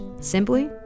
simply